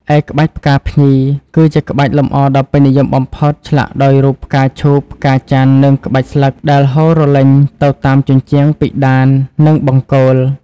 ឯក្បាច់ផ្កាភ្ញី គឺជាក្បាច់លម្អដ៏ពេញនិយមបំផុត ឆ្លាក់ដោយរូបផ្កាឈូក ផ្កាច័ន្ទ និងក្បាច់ស្លឹកដែលហូររលេញទៅតាមជញ្ជាំង ពិតាន និងបង្គោល។